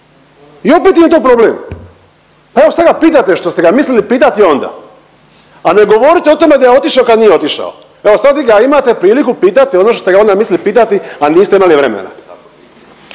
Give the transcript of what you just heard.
I opet im je to problem. Pa evo sad ga pitajte što ste ga mislili pitati i onda, a ne govorite o tome da je otišao kad nije otišao. Evo sad ga imate priliku pitati ono što ste ga onda mislili pitati, a niste imali vremena.